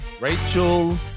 Rachel